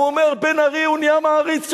הוא אומר: בן-ארי, הוא נהיה מעריץ שלך.